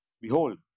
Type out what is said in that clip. Behold